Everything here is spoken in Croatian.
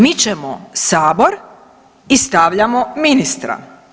Mičemo sabor i stavljamo ministra.